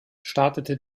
startete